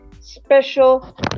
special